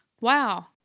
Wow